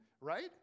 right